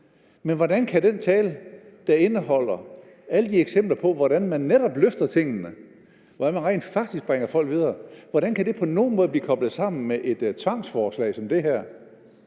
Men hvordan kan den tale, der indeholder alle de eksempler på, hvordan man netop løfter tingene, og hvordan man rent faktisk bringer folk videre, på nogen måde blive koblet sammen med et tvangsforslag som det her,